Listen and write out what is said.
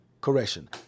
Correction